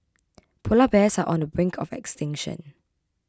Polar Bears are on the brink of extinction